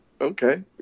okay